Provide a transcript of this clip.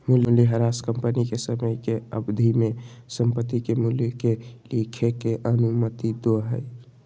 मूल्यह्रास कंपनी के समय के अवधि में संपत्ति के मूल्य के लिखे के अनुमति दो हइ